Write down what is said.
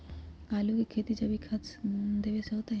आलु के खेती जैविक खाध देवे से होतई?